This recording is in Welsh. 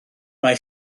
mai